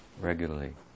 regularly